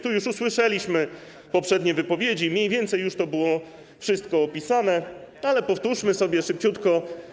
Tu już usłyszeliśmy poprzednie wypowiedzi, mniej więcej już to było wszystko opisane, ale powtórzmy sobie szybciutko.